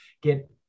get